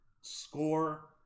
score